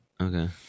Okay